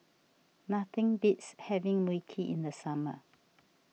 nothing beats having Mui Kee in the summer